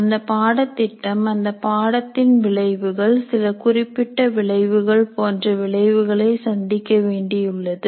அந்தப் பாடத்திட்டம் அந்த பாடத்தின் விளைவுகள் சில குறிப்பிட்ட விளைவுகள் போன்ற விளைவுகளை சந்திக்க வேண்டியுள்ளது